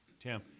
Tim